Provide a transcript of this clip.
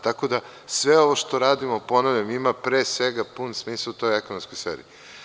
Tako da, sve ovo što radimo, ponavljam, ima pre svega pun smisao u toj ekonomskoj sferi.